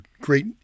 great